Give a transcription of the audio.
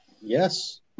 Yes